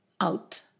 out